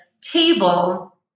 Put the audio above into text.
table